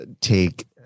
take